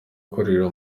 gukorera